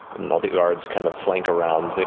all the guards kind of flank around,